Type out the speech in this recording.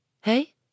hey